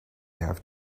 have